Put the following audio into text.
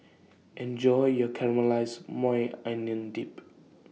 Enjoy your Caramelized Maui Onion Dip